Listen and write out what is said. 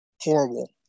Horrible